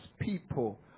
people